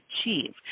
achieve